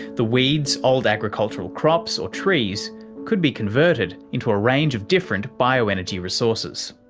the weeds, old agricultural crops or trees could be converted into a range of different bioenergy resources.